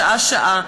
שעה-שעה.